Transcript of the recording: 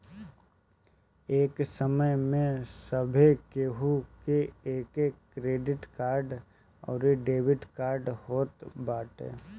ए समय में सभे केहू के लगे क्रेडिट कार्ड अउरी डेबिट कार्ड होत बाटे